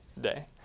day